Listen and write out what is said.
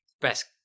best